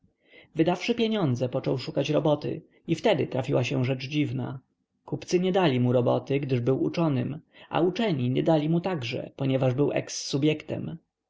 wydawszy pieniądze począł szukać roboty i wtedy trafiła się rzecz dziwna kupcy nie dali mu roboty gdyż był uczonym a uczeni nie dali mu także ponieważ był